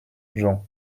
jean